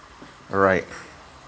alright